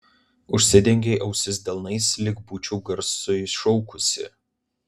užsidengei ausis delnais lyg būčiau garsiai šaukusi